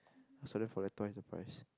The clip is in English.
I sell them for like twice the price